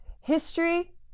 history